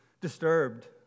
disturbed